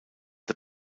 the